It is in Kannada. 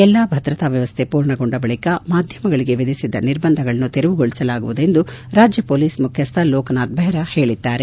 ಎಲ್ಲಾ ಭದ್ರತಾ ವ್ಯವಸ್ಥೆ ಪೂರ್ಣಗೊಂಡ ಬಳಕ ಮಾಧ್ಯಮಗಳಗೆ ವಿಧಿಸಿದ್ದ ನಿರ್ಬಂಧಗಳನ್ನು ತೆರವುಗೊಳಿಸಲಾಗುವುದು ಎಂದು ರಾಜ್ಜ ಮೊಲೀಸ್ ಮುಖ್ಯಸ್ಥ ಲೋಕನಾಥ್ ಬೆಹ್ರ ತಿಳಿಸಿದ್ದಾರೆ